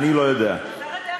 אולי הם כן